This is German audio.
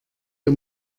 ihr